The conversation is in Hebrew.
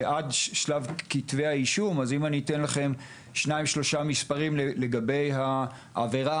אז אתן לכם שניים שלושה מספרים לגבי העבירה